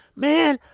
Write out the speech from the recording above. man,